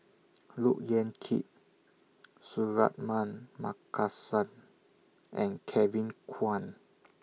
Look Yan Kit Suratman Markasan and Kevin Kwan